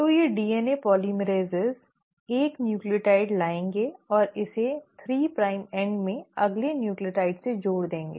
तो ये DNA polymerases nucleotide 1 लाएंगे और इसे 3 प्राइम एंड में अगले न्यूक्लियोटाइड से जोड़ देंगे